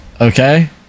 okay